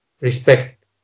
respect